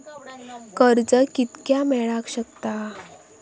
कर्ज कितक्या मेलाक शकता?